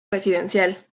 residencial